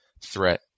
threat